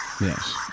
Yes